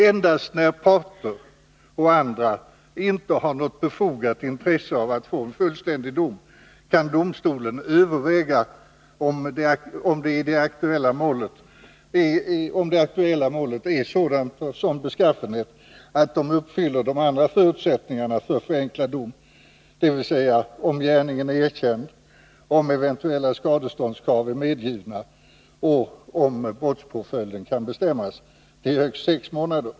Endast när parter och andra inte har något befogat intresse av att få en fullständig dom kan domstolen överväga om det aktuella målet är av sådan beskaffenhet att det uppfyller de andra förutsättningarna för förenklad dom, dvs. om gärningen är erkänd, om eventuella skadeståndskrav är medgivna och om brottspåföljden kan bestämmas till högst sex månader.